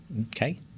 Okay